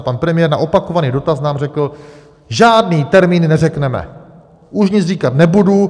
Pan premiér na opakovaný dotaz nám řekl: Žádný termín neřekneme, už nic říkat nebudu.